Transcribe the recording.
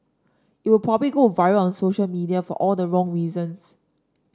it would probably go viral on social media for all the wrong reasons